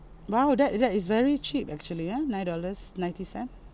!wow! that that is very cheap actually ya nine dollars ninety cents